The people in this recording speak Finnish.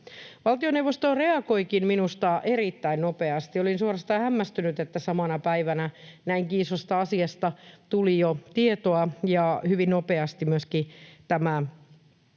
Valtioneuvosto reagoikin minusta erittäin nopeasti. Olin suorastaan hämmästynyt, että jo samana päivänä näinkin isosta asiasta tuli tietoa ja hyvin nopeasti myöskin tämä